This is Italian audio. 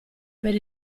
per